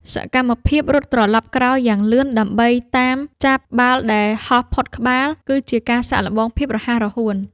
សកម្មភាពរត់ត្រឡប់ក្រោយយ៉ាងលឿនដើម្បីតាមចាប់បាល់ដែលហោះផុតក្បាល គឺជាការសាកល្បងភាពរហ័សរហួន។